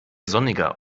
sonniger